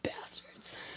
bastards